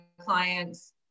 clients